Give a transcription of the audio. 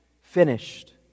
Finished